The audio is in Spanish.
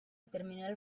terminal